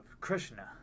Krishna